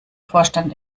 vorstand